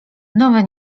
nowe